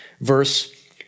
Verse